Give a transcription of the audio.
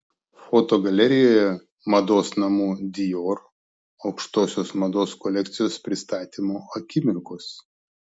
fotogalerijoje mados namų dior aukštosios mados kolekcijos pristatymo akimirkos